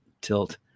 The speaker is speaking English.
tilt